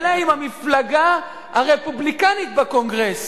אלא עם המפלגה הרפובליקנית בקונגרס.